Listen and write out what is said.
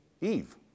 Eve